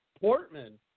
Portman